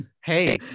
Hey